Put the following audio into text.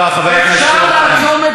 אפשר לעצום את העיניים,